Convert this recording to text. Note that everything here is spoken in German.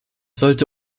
sollte